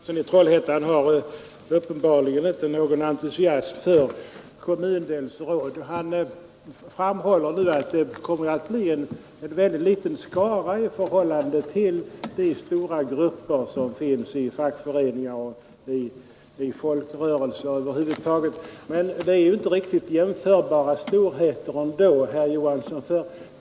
Herr talman! Herr Johansson i Trollhättan har uppenbarligen inte någon entusiasm för kommundelsråd. Han framhåller nu att det kommer att bli en väldigt liten skara i förhållande till de stora grupper som finns i fackföreningar, folkrörelser o. d. Men det är ju inte riktigt jämförbara storheter.